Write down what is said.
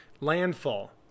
landfall